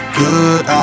good